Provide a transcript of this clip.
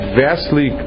vastly